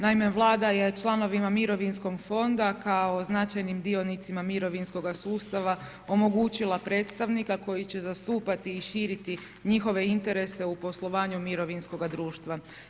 Naime, Vlada je članovima mirovinskog fonda kao značajnim dionicima mirovinskog sustava omogućila predstavnika koji će zastupiti i širiti njihove interese u poslovanju mirovinskoga društva.